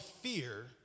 fear